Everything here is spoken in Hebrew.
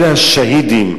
אלה השהידים,